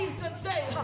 today